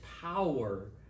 power